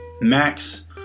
max